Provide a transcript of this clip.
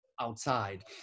outside